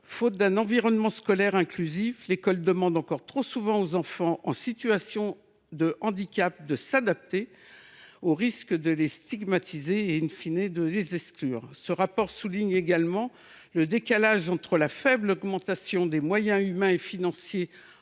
faute d’un environnement scolaire inclusif, l’école demande encore trop souvent aux enfants en situation de handicap de s’adapter, au risque de les stigmatiser et,, de les exclure. Ce rapport souligne également le décalage entre, d’une part, la faible augmentation des moyens humains et financiers